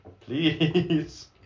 please